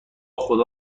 خدا